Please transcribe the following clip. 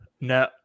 No